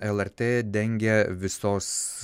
lrt dengia visos